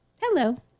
Hello